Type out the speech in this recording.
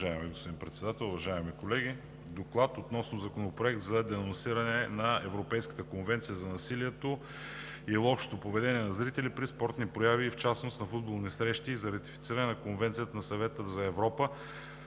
Уважаеми господин Председател, уважаеми колеги! „ДОКЛАД относно Законопроект за денонсиране на Европейската конвенция за насилието и лошото поведение на зрители при спортни прояви и в частност на футболни срещи и за ратифициране на Конвенцията на Съвета на Европа